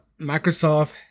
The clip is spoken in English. Microsoft